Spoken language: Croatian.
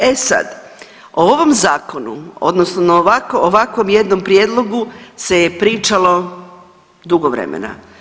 E sad o ovom zakonu odnosno na ovako, ovakvom jednom prijedlogu se je pričalo dugo vremena.